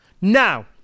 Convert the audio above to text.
Now